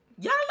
Y'all